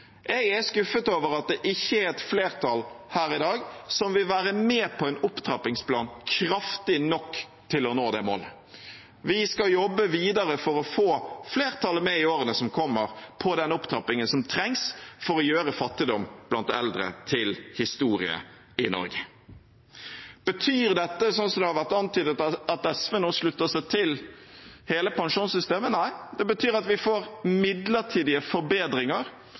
Jeg er skuffet over at det ikke er et flertall her i dag som vil være med på en opptrappingsplan kraftig nok til å nå det målet. Vi skal jobbe videre for å få flertallet med i årene som kommer, på den opptrappingen som trengs for å gjøre fattigdom blant eldre til historie i Norge. Betyr dette, sånn som det har vært antydet, at SV nå slutter seg til hele pensjonssystemet? Nei, det betyr at vi får midlertidige forbedringer.